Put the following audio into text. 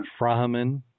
Frahman